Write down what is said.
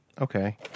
okay